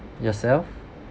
yourself